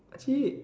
actually